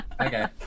Okay